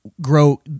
grow